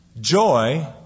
joy